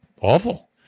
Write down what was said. awful